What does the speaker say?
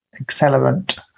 accelerant